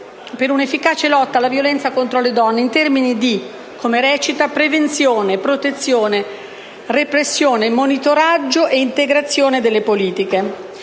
per un'efficace lotta alla violenza contro le donne in termini di prevenzione, protezione, repressione, monitoraggio e integrazione delle politiche;